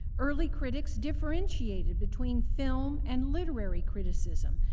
early critics differentiated between film and literary criticism,